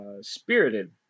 spirited